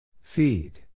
Feed